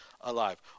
alive